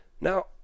Now